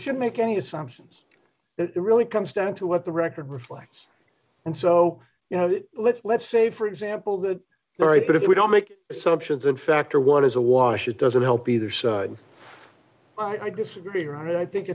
should make any assumptions it really comes down to what the record reflects and so you know let's let's say for example that right but if we don't make assumptions of fact or what is a wash it doesn't help either side i disagree